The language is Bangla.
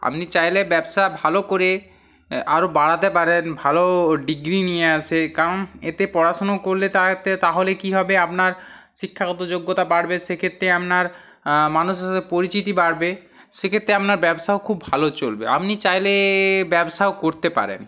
আপনি চাইলে ব্যবসা ভালো করে আরও বাড়াতে পারেন ভালো ডিগ্রি নিয়ে আসে কারণ এতে পড়াশোনা করলে তাতে তাহলে কী হবে আপনার শিক্ষাগত যোগ্যতা বাড়বে সেক্ষেত্রে আপনার মানুষের সাথে পরিচিতি বাড়বে সেক্ষেত্রে আপনার ব্যবসাও খুব ভালো চলবে আপনি চাইলে ব্যবসাও করতে পারেন